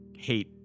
hate